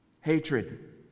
hatred